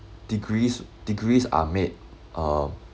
degrees degrees are made uh